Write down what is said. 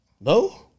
No